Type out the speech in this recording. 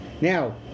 Now